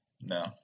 No